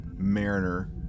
Mariner